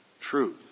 truth